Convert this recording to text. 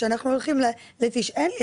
אין לי,